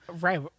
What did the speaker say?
Right